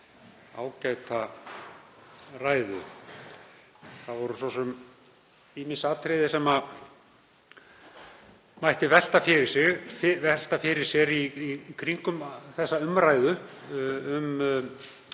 ágæta ræðu. Það voru svo sem ýmis atriði sem mætti velta fyrir sér í kringum umræðuna um stöðu